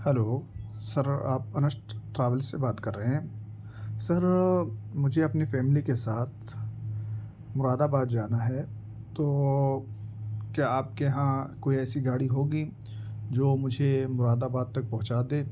hello sir آپ Anas travel سے بات کر رہے ہیں سر مجھے اپنی فیملی کے ساتھ مرادآباد جانا ہے تو کیا آپ کے یہاں کوئی ایسی گاڑی ہوگی جو مجھے مرادآباد تک پہنچا دے